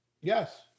Yes